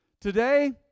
today